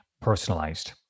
personalized